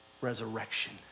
resurrection